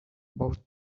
about